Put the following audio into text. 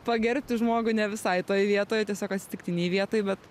pagerbti žmogų ne visai toj vietoj o tiesiog atsitiktinėj vietoj bet